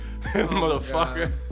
Motherfucker